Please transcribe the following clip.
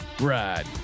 ride